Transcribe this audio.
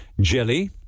jelly